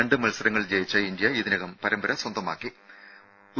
രണ്ട് മത്സങ്ങൾ ജയിച്ച ഇന്ത്യ ഇതിനകം പരമ്പര സ്വന്തമാക്കിയിട്ടുണ്ട്